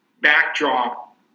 backdrop